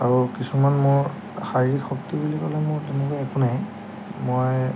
আৰু কিছুমান মোৰ শাৰীৰিক শক্তি বুলি ক'লে মোৰ তেনেকুৱা একো নাই মই